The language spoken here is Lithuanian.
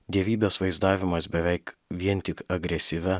dievybės vaizdavimas beveik vien tik agresyvia